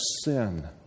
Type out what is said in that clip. sin